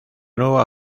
nueva